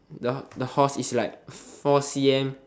the the horse is like four c_m